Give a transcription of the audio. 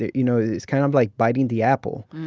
you know, it's kind of like biting the apple.